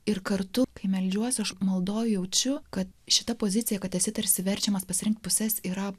ir kartu kai meldžiuosi aš maldoje jaučiu kad šita pozicija kad esi tarsi verčiamas pasirinkti puses yra